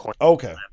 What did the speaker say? Okay